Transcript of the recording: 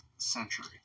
century